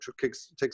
takes